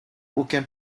aucun